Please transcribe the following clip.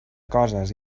coses